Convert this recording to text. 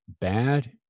bad